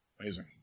Amazing